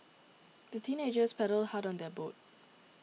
the teenagers paddled hard on their boat